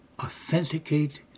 authenticate